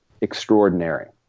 extraordinary